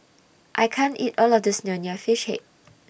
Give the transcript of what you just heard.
I can't eat All of This Nonya Fish Head